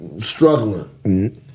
struggling